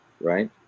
right